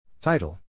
Title